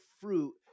fruit